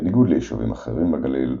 בניגוד ליישובים אחרים בגליל,